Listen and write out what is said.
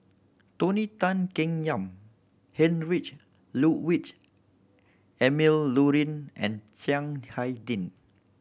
Tony Tan Keng Yam Heinrich Ludwig Emil Luering and Chiang Hai Ding